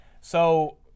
so-